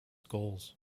goals